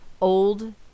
old